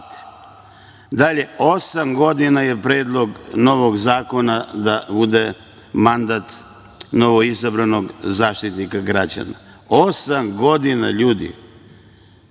plate? Dalje, osam godina je predlog novog zakona da bude mandat novoizabranog Zaštitnika građana, osam godina, ljudi.